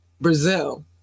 brazil